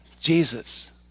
Jesus